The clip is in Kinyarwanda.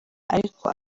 ariko